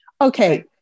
Okay